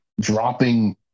dropping